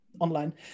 online